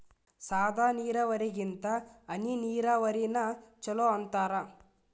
ಸಾದ ನೀರಾವರಿಗಿಂತ ಹನಿ ನೀರಾವರಿನ ಚಲೋ ಅಂತಾರ